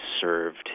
served